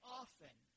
often